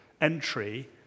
entry